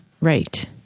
Right